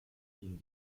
ihn